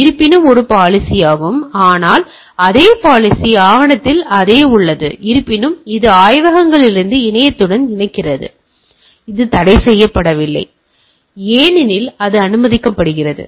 இருப்பினும் இது ஒரு பாலிசியாகும் ஆனால் அதே பாலிசி ஆவணத்தில் அதே உள்ளது இருப்பினும் இது ஆய்வகங்களிலிருந்து இணையத்துடன் இணைகிறது இது தடைசெய்யப்படவில்லை ஏனெனில் அது அனுமதிக்கப்படுகிறது